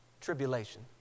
Tribulation